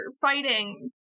fighting